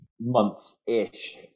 months-ish